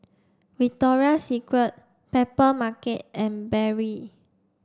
Victoria Secret Papermarket and Barrel